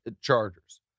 Chargers